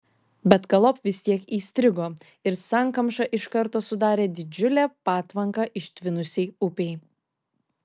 bet galop vis tiek įstrigo ir sankamša iš karto sudarė didžiulę patvanką ištvinusiai upei